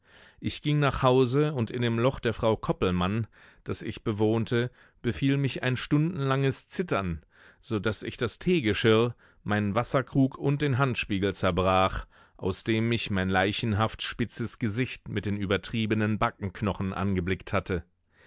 ich ging nach hause und in dem loch der frau koppelmann das ich bewohnte befiel mich ein stundenlanges zittern so daß ich das teegeschirr meinen wasserkrug und den handspiegel zerbrach aus dem mich mein leichenhaft spitzes gesicht mit den übertriebenen backenknochen angeblickt hatte